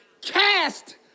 cast